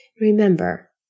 Remember